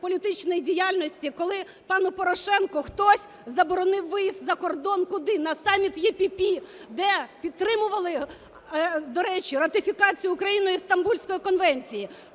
політичній діяльності, коли пану Порошенку хтось заборонив виїзд за кордон - куди? - на саміт ЕРР, де підтримували, до речі, ратифікацію Україною Стамбульської конвенції,